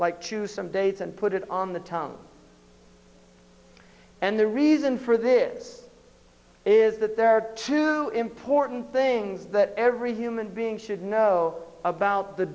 like to some dates and put it on the tongue and the reason for this is that there are two important things that every human being should know about the